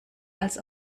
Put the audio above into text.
als